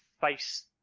face